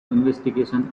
investigation